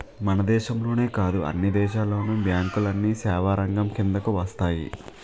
మన దేశంలోనే కాదు అన్ని దేశాల్లోను బ్యాంకులన్నీ సేవారంగం కిందకు వస్తాయి